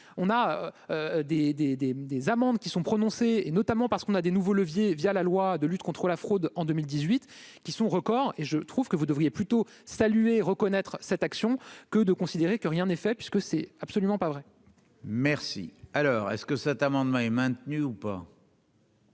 des, des amendes qui sont prononcées et notamment parce qu'on a des nouveaux leviers via la loi de lutte contre la fraude en 2018 qui sont record et je trouve que vous devriez plutôt salué reconnaître cette action que de considérer que rien n'est fait, puisque c'est absolument pas vrai. Merci. Alors est-ce que cet amendement est maintenu ou pas.